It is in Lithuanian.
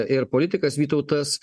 ir politikas vytautas